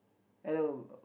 hello